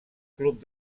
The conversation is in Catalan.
club